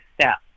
step